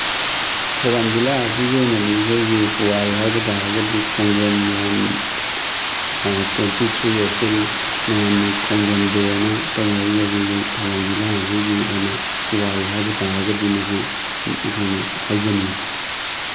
ꯊꯧꯕꯥꯟ ꯖꯤꯜꯂꯥ ꯑꯁꯤꯒꯤ ꯑꯣꯏꯅꯗꯤ ꯑꯩꯈꯣꯏꯒꯤ ꯄꯨꯋꯥꯔꯤ ꯍꯥꯏꯕ ꯇꯥꯔꯒꯗꯤ ꯈꯣꯡꯖꯣꯝ ꯂꯥꯟ ꯇ꯭ꯋꯦꯟꯇꯤ ꯊ꯭ꯔꯤ ꯑꯦꯄ꯭ꯔꯤꯜ ꯃꯌꯥꯝꯅ ꯈꯣꯡꯖꯣꯝ ꯗꯦ ꯑꯅ ꯇꯧꯅꯔꯤꯕꯁꯤ ꯑꯩꯈꯣꯏ ꯊꯧꯕꯥꯟ ꯖꯤꯜꯂꯥ ꯑꯁꯤꯒꯤ ꯑꯣꯏꯅ ꯄꯨꯋꯥꯔꯤ ꯍꯥꯏꯕ ꯇꯥꯔꯒꯗꯤ ꯃꯁꯤ ꯑꯩꯈꯣꯏꯅ ꯍꯥꯏꯖꯅꯤꯡꯉꯤ